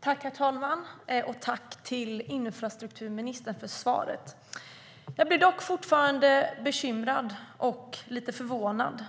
Herr talman! Jag tackar infrastrukturministern för svaret. Jag är dock fortfarande bekymrad och lite förvånad.